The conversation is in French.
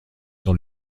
sur